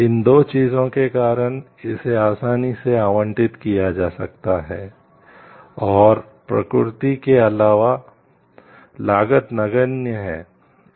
इन दो चीजों के कारण इसे आसानी से आवंटित किया जा सकता है और प्रतिकृति की लागत नगण्य है